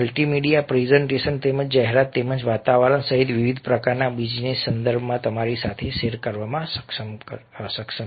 multimedia presentation તેમજ જાહેરાત તેમજ વાતાવરણ સહિત વિવિધ પ્રકારના બિઝનેસ સંદર્ભમાં તમારી સાથે શેર કરવામાં સક્ષમ